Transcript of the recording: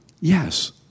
Yes